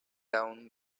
down